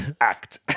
act